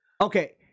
Okay